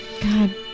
God